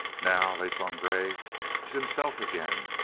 now le sangre is himself again,